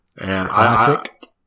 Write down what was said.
Classic